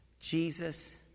Jesus